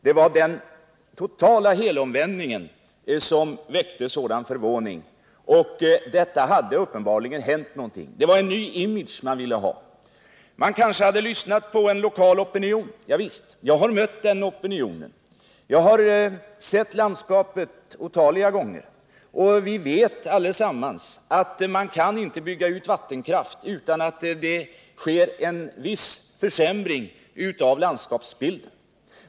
Det var den totala helomvändningen som väckte sådan förvåning. Det hade uppenbarligen hänt någonting: det var en ny image man ville ha. Man kanske hade lyssnat på en lokal opinion. Ja visst — jag har mött den opinionen. Jag har sett landskapet otaliga gånger. Och vi vet allesammans att man kan inte bygga ut vattenkraft utan att det sker en viss försämring av 173 landskapsbilden.